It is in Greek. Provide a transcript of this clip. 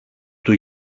του